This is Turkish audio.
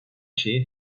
şeyi